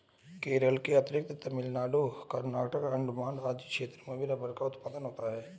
केरल के अतिरिक्त तमिलनाडु, कर्नाटक, अण्डमान आदि क्षेत्रों में भी रबर उत्पादन होता है